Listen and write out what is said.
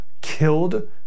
killed